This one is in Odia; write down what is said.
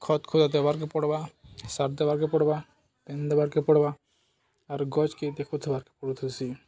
ଖତ ଖଦା ଦେବାକେ ପଡ଼୍ବା ସାର୍ ଦେବାକେ ପଡ଼୍ବା ପେନ୍ ଦେବାକେ ପଡ଼୍ବା ଆର୍ ଗଛକ ଦେଖ ଦେବାକେ ପଡ଼ୁଥିସି